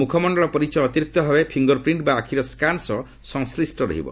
ମୁଖମଣ୍ଡଳ ପରିଚୟ ଅତିରିକ୍ତ ଭାବେ ଫିଙ୍ଗରପ୍ରିଣ୍ଟ୍ ବା ଆଖିର ସ୍କାନ୍ ସହ ସଂସ୍କିଷ୍ଟ ରହିବ